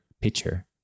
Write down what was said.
picture